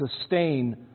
sustain